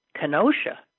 Kenosha